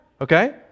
okay